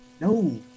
No